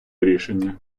рішення